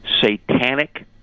satanic